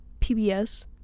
PBS